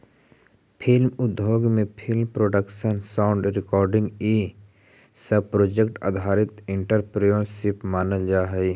film उद्योग में film production sound recording इ सब प्रोजेक्ट आधारित एंटरप्रेन्योरशिप मानल जा हई